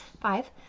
five